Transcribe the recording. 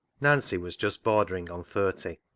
nancy was just bordering on thirty,